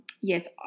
yes